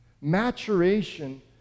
Maturation